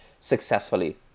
successfully